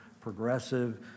progressive